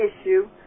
issue